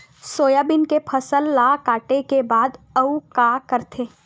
Soybean के फसल ल काटे के बाद आऊ का करथे?